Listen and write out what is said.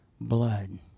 blood